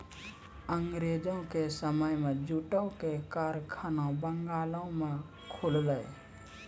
अंगरेजो के समय मे जूटो के कारखाना बंगालो मे खुललै